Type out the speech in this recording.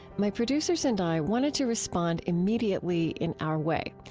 my producers and i wanted to respond immediately in our way.